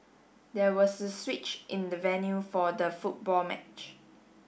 there was a switch in the venue for the football match